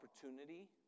opportunity